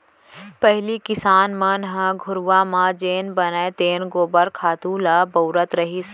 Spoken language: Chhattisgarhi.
पहिली किसान मन ह घुरूवा म जेन बनय तेन गोबर खातू ल बउरत रहिस